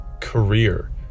career